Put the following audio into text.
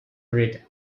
read